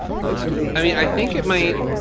i mean i think it might